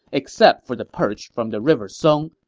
except for the perch from the river song,